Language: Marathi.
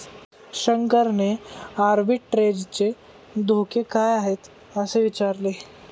शंकरने आर्बिट्रेजचे धोके काय आहेत, असे विचारले